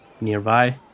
nearby